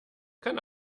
kann